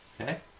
Okay